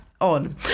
on